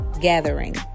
gathering